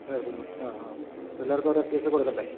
ആ ആ പിള്ളേർക്ക് ഓരോ സ്വീറ്റ്സ് കൊടുക്കണ്ടേ